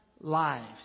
lives